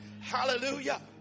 Hallelujah